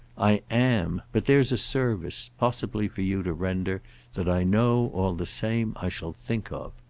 i am, but there's a service possible for you to render that i know, all the same, i shall think of.